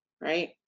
right